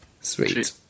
Sweet